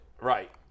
Right